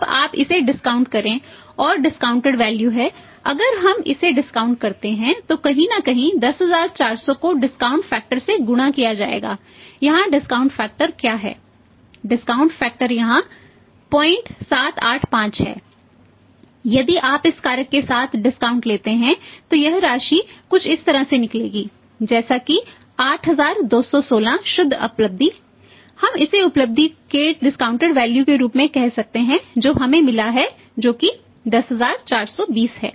अब आप इसे डिस्काउंट के रूप में कह सकते हैं जो हमें मिला है जो कि 10420 है